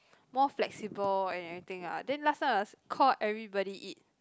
more flexible and everything ah then last time must call everybody eat